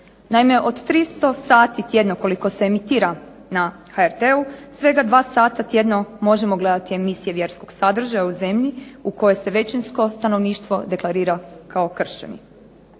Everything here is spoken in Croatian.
Naime, od 300 sati tjedno koliko se emitira na HRT-u svega dva sata tjedno možemo gledati emisije vjerskog sadržaja u zemlji u kojoj se većinsko stanovništvo deklarira kao kršćani.